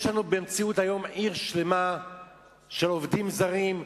יש לנו במציאות היום עיר שלמה של עובדים זרים,